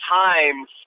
times